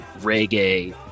reggae